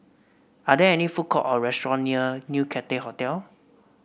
are there any food court or restaurant near New Cathay Hotel